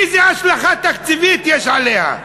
איזו השלכה תקציבית יש עליה?